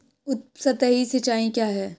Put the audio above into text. उपसतही सिंचाई क्या है?